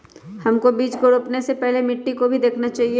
हमको बीज को रोपने से पहले मिट्टी को भी देखना चाहिए?